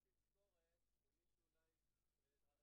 הקיצוץ מסוג זה שחווינו רק אתמול